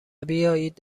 بیایید